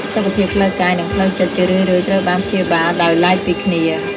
សុខភាពផ្លូវកាយ និងផ្លូវចិត្ត ជារឿយៗត្រូវបានព្យាបាលដោយឡែកពីគ្នា។